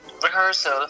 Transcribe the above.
rehearsal